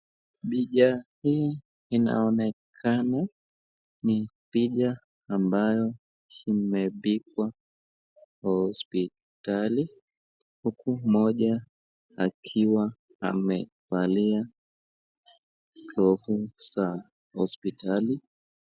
Picha hii inonekana ni picha ambayo imepikwa kwa hospitali huku mmoja akiwa amevalia glovu za hospitali